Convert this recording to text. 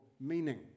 meaning